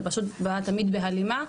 זה פשוט בא תמיד בהלימה,